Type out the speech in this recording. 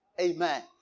Amen